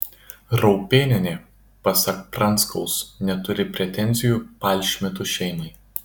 raupėnienė pasak pranskaus neturi pretenzijų palšmitų šeimai